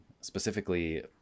specifically